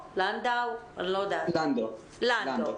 לנדו,